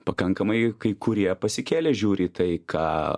pakankamai kai kurie pasikėlę žiūri į tai ką